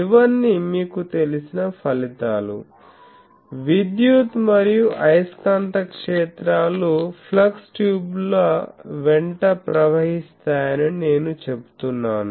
ఇవన్నీ మీకు తెలిసిన ఫలితాలు విద్యుత్ మరియు అయస్కాంత క్షేత్రాలు ఫ్లక్స్ ట్యూబ్ ల వెంట ప్రవహిస్తాయని నేను చెప్తున్నాను